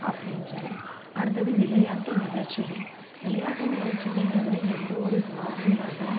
அப்படின்றது அடுத்தது விளையாட்டு நிகழ்ச்சிகள் விளையாட்டு நிகழ்ச்சிகள்ன்றதில் எந்த ஒரு ஜாதி மதம்